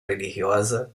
religiosa